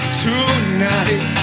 tonight